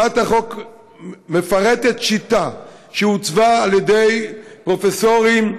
הצעת החוק מפרטת שיטה שעוצבה על ידי פרופסורים,